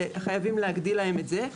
חייבים להגדיל להם את זה.